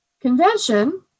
convention